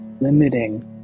limiting